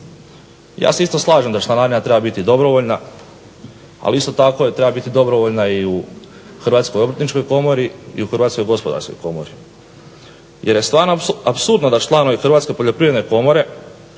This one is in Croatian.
Ja se isto slažem da članarina treba biti dobrovoljna, ali isto tako treba biti dobrovoljna i u Hrvatskoj obrtničkoj komori i u Hrvatskoj gospodarskoj komori, jer je stvarno apsurdno da članovi Hrvatske poljoprivredne komore